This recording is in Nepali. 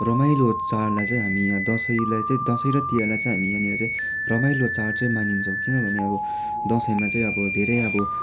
रमाइलो चाडलाई चाहिँ हामी यहाँ दसैँलाई चाहिँ दसैँ र तिहारलाई चाहिँ हामी यहाँनिर चाहिँ रमाइलो चाड चाहिँ मानिन्छ किनभने अब दसैँमा चाहिँ अब धेरै अब